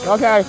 Okay